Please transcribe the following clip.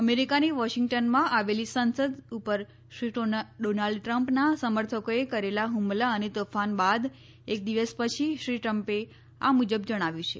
અમેરીકાની વોશિંગ્ટનમાં આવેલી સંસદ ઉપર શ્રી ડોનાલ્ડ ટ્રમ્પનાં સમર્થકોએ કરેલાં ફમલા અને તોફાન બાદ એક દિવસ પછી શ્રી ટ્રમ્પે આ મુજબ જણાવ્યું છે